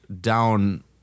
down